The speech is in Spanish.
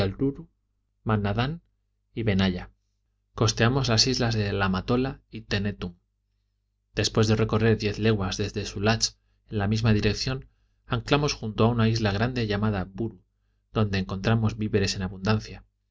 manadán y vena y costeamos las islas de lamatola y tenetum después de recorrer diez leguas desde sulach en la misma dirección anclamos junto a una isla grande llamada buru donde encontramos víveres en abundancia